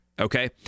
okay